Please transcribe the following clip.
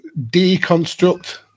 deconstruct